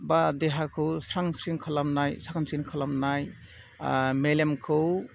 बा देहाखौ स्रां स्रिं खालामनाय साखोन सिखोन खालामनाय मेलेमखौ